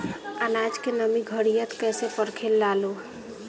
आनाज के नमी घरयीत कैसे परखे लालो?